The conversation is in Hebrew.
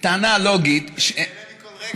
טענה לוגית, אני נהנה מכל רגע.